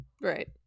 Right